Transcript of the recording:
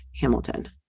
Hamilton